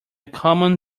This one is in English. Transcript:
common